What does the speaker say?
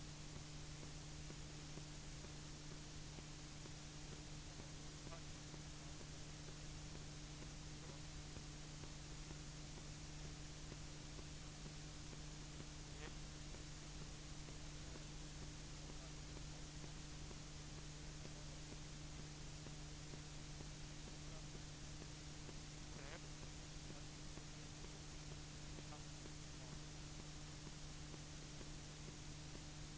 Fru talman!